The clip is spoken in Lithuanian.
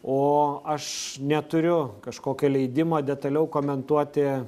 o aš neturiu kažkokio leidimo detaliau komentuoti